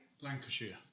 Lancashire